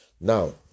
Now